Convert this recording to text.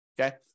Okay